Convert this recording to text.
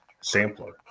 sampler